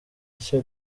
nshya